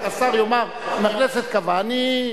השר יאמר, אם הכנסת קבעה, אני,